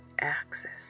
axis